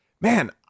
man